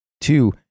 Two